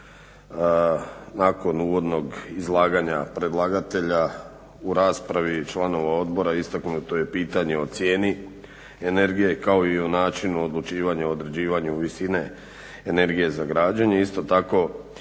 Nakon uvodnog izlaganja predlagatelja u raspravi članova Odbora istaknuto je pitanje o cijeni energije kao i o načinu odlučivanja u određivanju visine energije za građenje.